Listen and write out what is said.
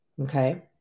Okay